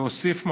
להוסיף ממ"ד.